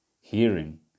hearing